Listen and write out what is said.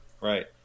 Right